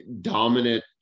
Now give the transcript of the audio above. dominant